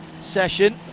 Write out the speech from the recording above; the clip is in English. session